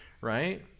right